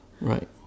Right